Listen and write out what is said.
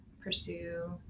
pursue